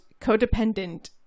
codependent